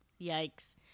Yikes